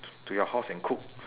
to your house and cook